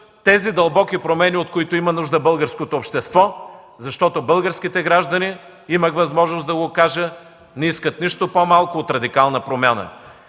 тези дълбоки промени, от които има нужда българското общество, защото българските граждани, имах възможност да го кажа, не искат нищо по-малко от радикална промяна.